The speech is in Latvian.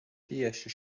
tieši